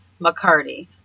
McCarty